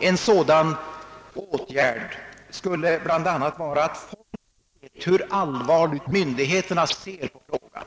en sådan åtgärd skulle bl.a. vara — och det är jag angelägen att understryka — att människorna vet hur allvarligt myndigheterna ser på frågan.